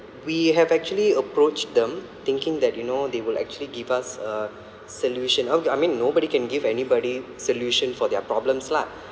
we have actually approached them thinking that you know they will actually give us a solution okay I mean nobody can give anybody solution for their problems lah